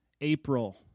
April